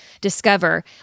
discover